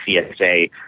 csa